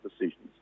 decisions